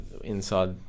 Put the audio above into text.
Inside